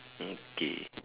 okay